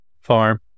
Farm